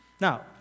Now